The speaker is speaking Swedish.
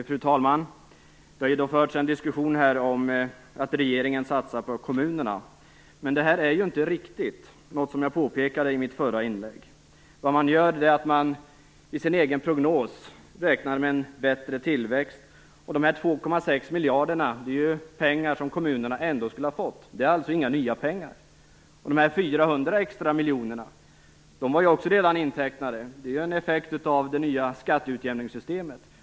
Fru talman! Det har förts en diskussion om att regeringen satsar på kommunerna. Men det är inte riktigt, vilket jag påpekade i mitt förra inlägg. I sin egen prognos räknar regeringen med en bättre tillväxt, men dessa 2,6 miljarder är pengar som kommunerna ändå skulle ha fått. Det är alltså inga nya pengar. Och de 400 extra miljonerna är också redan intecknade; de är ju en effekt av det nya skatteutjämningssystemet.